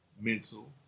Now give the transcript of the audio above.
Mental